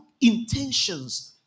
intentions